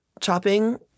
chopping